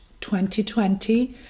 2020